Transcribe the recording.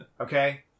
Okay